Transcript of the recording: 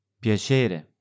Piacere